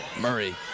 Murray